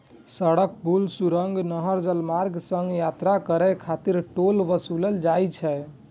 सड़क, पुल, सुरंग, नहर, जलमार्ग सं यात्रा करै खातिर टोल ओसूलल जाइ छै